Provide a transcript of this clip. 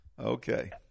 okay